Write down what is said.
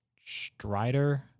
Strider